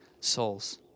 souls